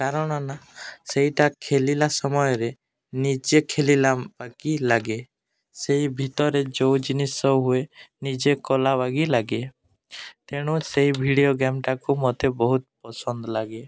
କାରଣନା ସେଇଟା ଖେଲିଲା ସମୟରେ ନିଜେ ଖେଲିଲା ବାଗି ଲାଗେ ସେଇ ଭିତରେ ଯୋଉ ଜିନିଷ ହୁଏ ନିଜେ କଲା ବାଗି ଲାଗେ ତେଣୁ ସେଇ ଭିଡ଼ିଓ ଗେମ୍ଟାକୁ ମୋତେ ବହୁତ ପସନ୍ଦ ଲାଗେ